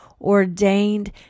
ordained